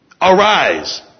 arise